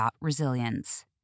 resilience